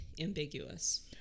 ambiguous